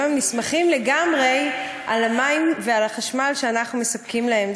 היום הם נסמכים לגמרי על המים ועל החשמל שאנחנו מספקים להם.